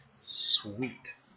sweet